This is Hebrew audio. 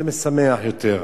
זה משמח יותר.